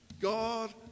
God